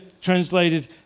translated